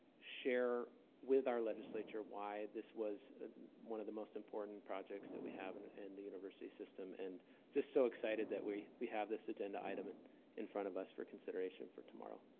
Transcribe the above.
share with our legislature why this was one of the most important projects that we have in in the university system. and just so excited that we we have this agenda item in front of us for consideration for tomorrow.